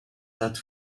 that